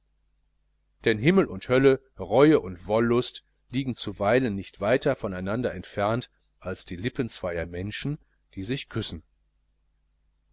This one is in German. denn himmel und hölle reue und wollust liegen zuweilen nicht weiter von einander entfernt als die lippen zweier menschen die sich küssen